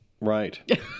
Right